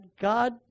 God